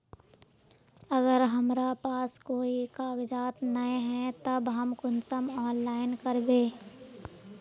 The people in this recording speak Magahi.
अगर हमरा पास कोई कागजात नय है तब हम कुंसम ऑनलाइन करबे?